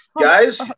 Guys